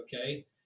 okay